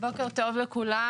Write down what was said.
בוקר טוב לכולם,